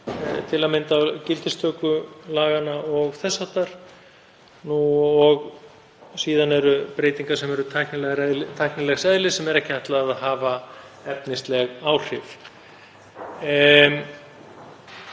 til að mynda á gildistöku laganna og þess háttar, og síðan eru breytingar sem eru tæknilegs eðlis sem er ekki ætlað að hafa efnisleg áhrif.